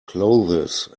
clothes